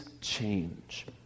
change